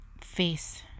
face